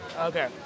Okay